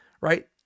right